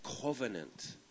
covenant